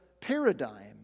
paradigm